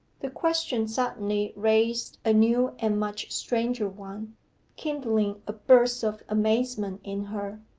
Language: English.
the question suddenly raised a new and much stranger one kindling a burst of amazement in her.